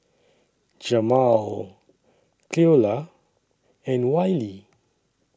Jamaal Cleola and Wiley